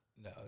No